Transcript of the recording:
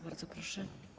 Bardzo proszę.